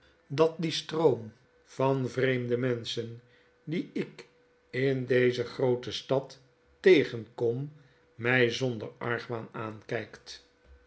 dat die stroom van vreemde menschen die ik in deze groote stad tegen kom my zonder argwaan aankykt